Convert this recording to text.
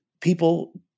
people